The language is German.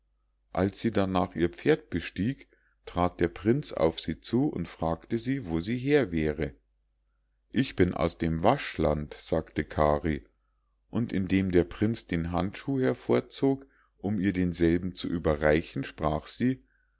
als sie darnach ihr pferd bestieg trat der prinz auf sie zu und fragte sie wo sie her wäre ich bin aus dem waschland sagte kari und indem der prinz den handschuh hervorzog um ihr denselben zu überreichen sprach sie